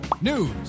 news